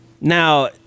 Now